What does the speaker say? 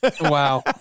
Wow